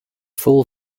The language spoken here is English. fool